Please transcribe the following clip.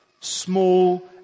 small